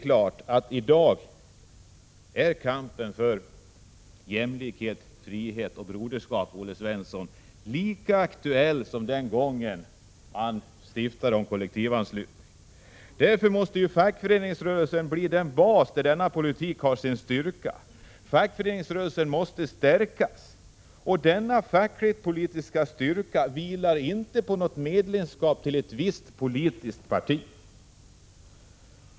Kampen för jämlikhet, frihet och broderskap, Olle Svensson, är i dag lika aktuell som den gången kollektivanslutningen infördes. Därför måste fackföreningsrörelsen bli den bas där denna politik har sin styrka. Fackföreningsrörelsen måste stärkas, och den fackligt-politiska styrkan vilar inte på något medlemskap i ett visst politiskt parti.